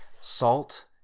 Salt